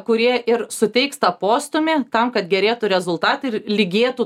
kurie ir suteiks tą postūmį tam kad gerėtų rezultatai ir lygėtų